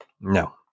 No